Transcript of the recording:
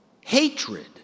hatred